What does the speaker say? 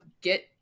get